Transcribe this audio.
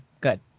good